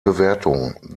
bewertung